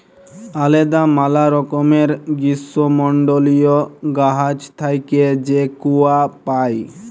আলেদা ম্যালা রকমের গীষ্মমল্ডলীয় গাহাচ থ্যাইকে যে কূয়া পাই